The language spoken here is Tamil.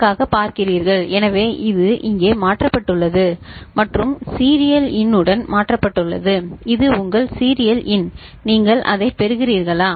க்காகப் பார்க்கிறீர்கள் எனவே இது இங்கே மாற்றப்பட்டுள்ளது மற்றும் சீரியல் இன் உடன் மாற்றப்பட்டுள்ளது இது உங்கள் சீரியல் இன் நீங்கள் அதைப் பெறுகிறீர்களா